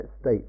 state